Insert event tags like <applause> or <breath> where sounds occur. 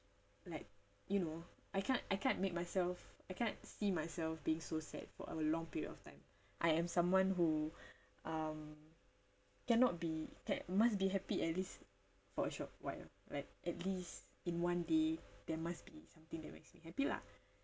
like you know I can't I can't make myself I can't see myself being so sad for a long period of time I am someone who <breath> um cannot be okay must be happy at least for a short while right at least in one day there must be something that makes me happy lah